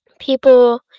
people